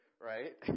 right